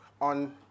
on